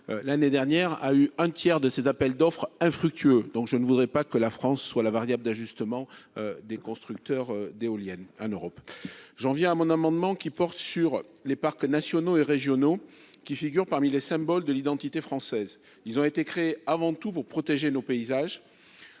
l'année dernière, un tiers des appels d'offres y ont été infructueux. Il ne faudrait pas que la France soit la variable d'ajustement des constructeurs d'éoliennes dans l'Union européenne. J'en viens à mon amendement. Les parcs nationaux et régionaux, qui figurent parmi les symboles de l'identité française, ont été créés avant tout pour protéger nos paysages,